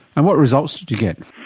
and what results did you get?